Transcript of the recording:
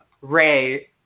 Ray